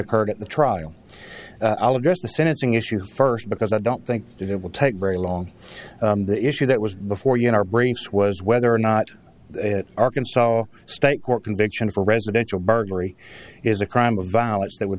occurred at the trial i'll address the sentencing issue first because i don't think it will take very long the issue that was before you in our brains was whether or not arkansas state court conviction for residential burglary is a crime of violence that would